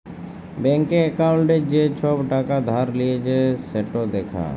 ব্যাংকে একাউল্টে যে ছব টাকা ধার লিঁয়েছে সেট দ্যাখা